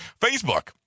Facebook